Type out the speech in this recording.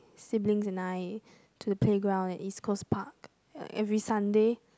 siblings and I to the playground at East-Coast-Park ya every Sunday